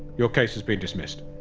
your case has been dismissed.